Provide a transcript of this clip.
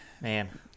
man